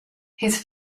his